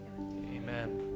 amen